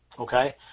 okay